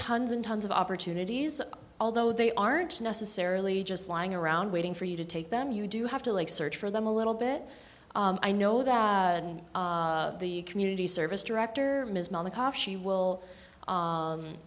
tons and tons of opportunities although they aren't necessarily just lying around waiting for you to take them you do have to search for them a little bit i know that the community service director she will